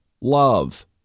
love